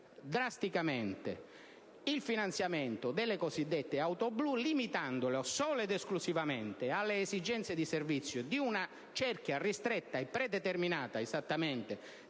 drasticamente il finanziamento delle cosiddette auto blu limitandone l'uso solo ed esclusivamente alle esigenze di servizio di una cerchia ristretta e predeterminata esattamente